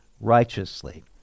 righteously